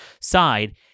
side